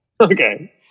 Okay